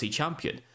champion